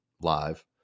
live